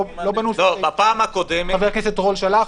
לא בנוסח ששלח חבר הכנסת רול.